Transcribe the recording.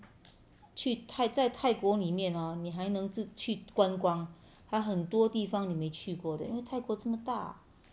去泰在泰国里面 hor 你还能自去观光它很多地方你没去过的因为泰国这么大